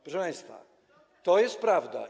Proszę państwa, to jest prawda.